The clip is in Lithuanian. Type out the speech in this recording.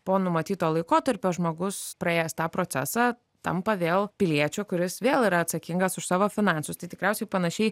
po numatyto laikotarpio žmogus praėjęs tą procesą tampa vėl piliečiu kuris vėl yra atsakingas už savo finansus tai tikriausiai panašiai